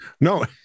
No